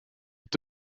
est